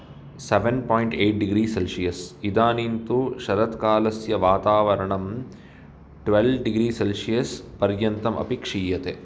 सवन् point eight degree Celsius इदानीं तु शरत्कालस्य वातावरणं ट्वेल्व् डिग्री सेल्शियस् पर्यन्तम् अपि क्षीयते